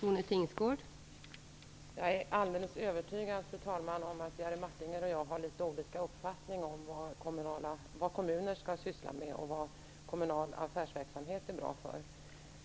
Fru talman! Jag är alldeles övertygad om att Jerry Martinger och jag har litet olika uppfattning om vad kommuner skall syssla med och vad kommunal affärsverksamhet är bra för.